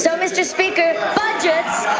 so mr. speaker, budgets